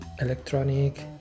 electronic